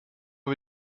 wir